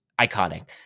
iconic